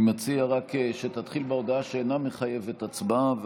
אני מציע שתתחיל בהודעה שאינה מחייבת הצבעה,